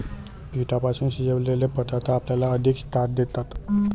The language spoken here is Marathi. पिठापासून शिजवलेले पदार्थ आपल्याला अधिक स्टार्च देतात